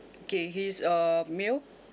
okay he's a male